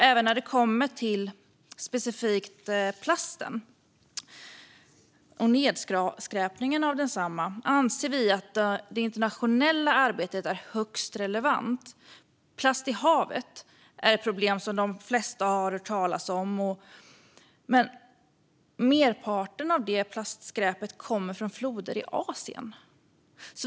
Även när det gäller specifikt plastnedskräpning anser vi att det internationella arbetet är högst relevant. Plast i havet är ett problem som de flesta har hört talas om, men merparten av det plastskräpet kommer från floder i Asien.